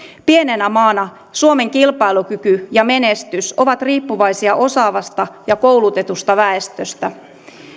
pienenä maana suomen kilpailukyky ja menestys ovat riippuvaisia osaavasta ja koulutetusta väestöstä